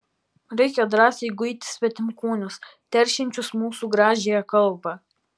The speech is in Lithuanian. reikia drąsiai guiti svetimkūnius teršiančius mūsų gražiąją kalbą